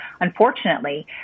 Unfortunately